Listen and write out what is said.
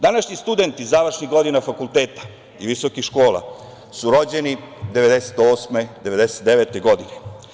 Današnji studenti završnih godina fakulteta i visokih škola su rođeni 1998, 1999. godine.